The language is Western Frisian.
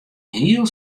hiel